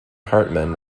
hartmann